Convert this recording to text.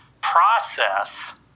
Process